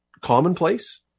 commonplace